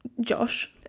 Josh